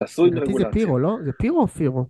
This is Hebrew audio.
לדעתי זה פירו, לא? זה פירו או פירו?